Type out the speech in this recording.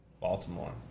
Baltimore